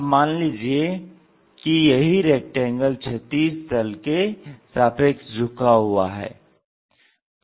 अब मान लीजिये कि यही रेक्टेंगल क्षैतिज तल के सापेक्ष झुका हुआ है